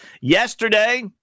Yesterday